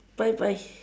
bye bye